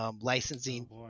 Licensing